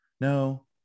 No